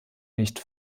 nicht